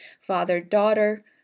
father-daughter